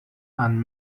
and